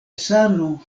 sano